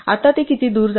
आता हे किती दूर जाते